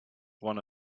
one